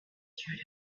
secured